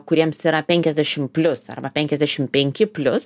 kuriems yra penkiasdešim plius arba penkiasdešim penki plius